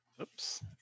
oops